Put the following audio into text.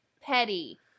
petty